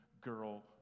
girl